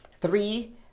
three